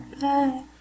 Bye